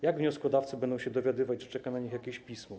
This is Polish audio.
Jak wnioskodawcy będą się dowiadywać, że czeka na nich jakieś pismo?